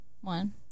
one